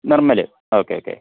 Nirmal okay okay